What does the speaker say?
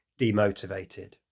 demotivated